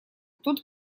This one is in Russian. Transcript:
тут